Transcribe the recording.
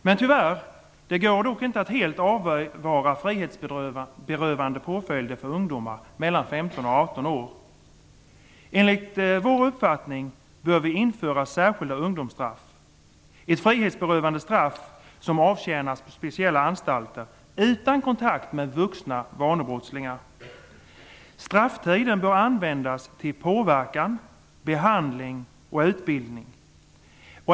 Men det går tyvärr inte att helt avvara frihetsberövande påföljder för ungdomar mellan 15 och 18 år. Enligt vår uppfattning bör vi införa särskilda ungdomsstraff. Det skulle vara ett frihetsberövande straff som avtjänas på speciella anstalter utan kontakt med vuxna vanebrottslingar. Strafftiden bör användas till påverkan, behandling och utbildning.